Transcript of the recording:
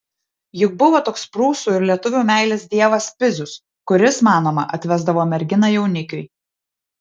juk buvo toks prūsų ir lietuvių meilės dievas pizius kuris manoma atvesdavo merginą jaunikiui